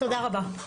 תודה רבה.